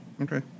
Okay